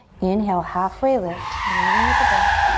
inhale, halfway lift, moving with the breath.